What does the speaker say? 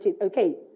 Okay